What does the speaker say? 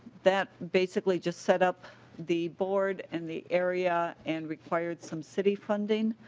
that basically just set up the board in the area and required some city funding.